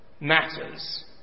matters